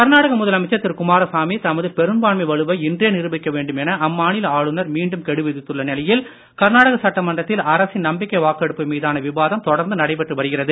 கர்நாடக முதலமைச்சர் திரு குமாரசாமி தமது பெரும்பான்மை வலுவை இன்றே நிரூபிக்க வேண்டும் என அம்மாநில ஆளுநர் மீண்டும் கெடு விதித்துள்ள நிலையில் கர்நாடக சட்டமன்றத்தில் அரசின் நம்பிக்கை வாக்கெடுப்பு மீதான விவாதம் தொடர்ந்து நடைபெற்று வருகிறது